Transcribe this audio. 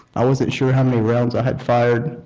i wasn't sure how many rounds i had fired.